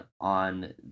on